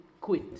quit